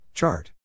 Chart